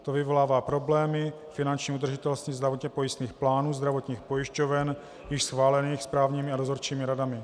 To vyvolává problémy finanční udržitelnosti zdravotně pojistných plánů zdravotních pojišťoven již schválených správními a dozorčími radami.